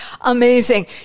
amazing